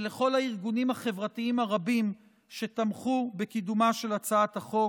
ולכל הארגונים החברתיים הרבים שתמכו בקידומה של הצעת החוק.